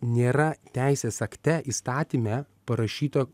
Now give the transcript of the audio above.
nėra teisės akte įstatyme parašyta